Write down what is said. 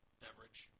beverage